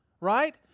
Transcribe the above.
right